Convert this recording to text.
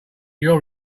your